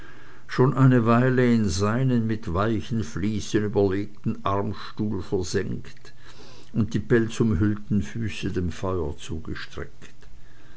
schon eine weile in seinen mit weichen vliesen überlegten armstuhl versenkt und die pelzumhüllten füße dem feuer zugestreckt